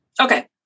Okay